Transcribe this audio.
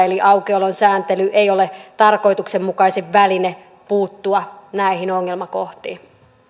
aukiolon sääntely ei ole tarkoituksenmukaisin väline puuttua näihin ongelmakohtiin